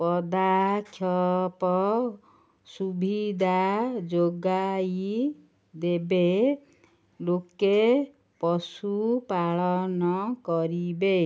ପଦକ୍ଷେପ ସୁବିଧା ଯୋଗାଇ ଦେବେ ଲୋକେ ପଶୁପାଳନ କରିବେ